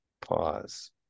pause